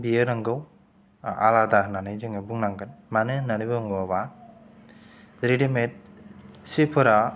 बियो नोंगौ आलादा होन्नानै जोङो बुंनांगोन मानो होन्नानै बुङोबा रेदिमेद सिफोरा